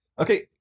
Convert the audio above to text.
Okay